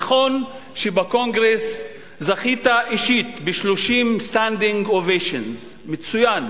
נכון שבקונגרס זכית אישית ב-standing ovations 30. מצוין.